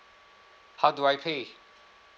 how do I pay